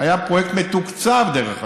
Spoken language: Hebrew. היה פרויקט מתוקצב, דרך אגב.